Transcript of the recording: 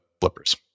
flippers